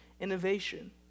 innovation